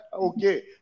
Okay